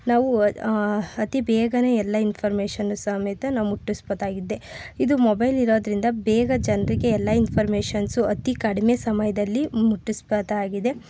ನಾವು ಅತಿ ಬೇಗನೆ ಎಲ್ಲ ನಾವು ಮುಟ್ಟುಸ್ಬೋದಾಗಿದೆ ಇದು ಮೊಬೈಲ್ ಇರೋದ್ರಿಂದ ಬೇಗ ಜನರಿಗೆ ಎಲ್ಲ ಇನ್ಫಾರ್ಮೇಷನ್ಸು ಅತೀ ಕಡಿಮೆ ಸಮಯದಲ್ಲಿ ಮುಟ್ಟಿಸ್ಬೋದಾಗಿದೆ